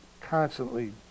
constantly